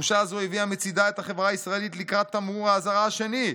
תחושה זו הביאה מצידה את החברה הישראלית לקראת תמרור האזהרה השני,